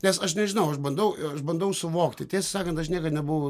nes aš nežinau aš bandau aš bandau suvokti tiesą sakant aš niekad nebuvau